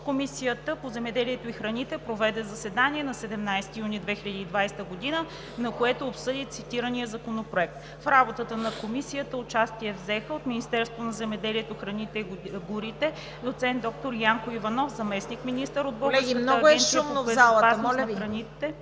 Комисията по земеделието и храните проведе заседание на 17 юни 2020 г., на което обсъди цитирания законопроект. В работата на Комисията участие взеха: от Министерството на земеделието, храните и горите – доцент доктор Янко Иванов – заместник-министър…(Шум и реплики.)